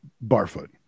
Barfoot